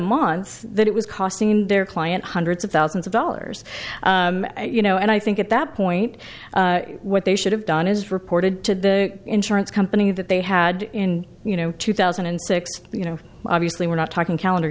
month that it was costing their client hundreds of thousands of dollars you know and i think at that point what they should have done is reported to the insurance company that they had in you know two thousand and six you know obviously we're not talking c